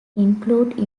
include